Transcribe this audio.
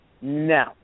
no